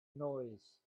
noise